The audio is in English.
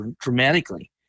dramatically